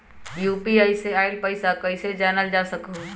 UPI से आईल पैसा कईसे जानल जा सकहु?